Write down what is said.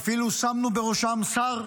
ואפילו שמנו בראשן שר,